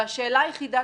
והשאלה היחידה,